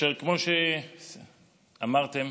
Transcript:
וכמו שאמרת,